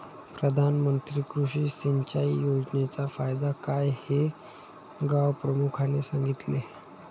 प्रधानमंत्री कृषी सिंचाई योजनेचा फायदा काय हे गावप्रमुखाने सांगितले